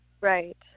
Right